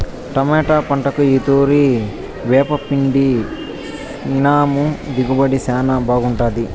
tomato పంటకు ఈ తూరి వేపపిండేసినాము దిగుబడి శానా బాగుండాది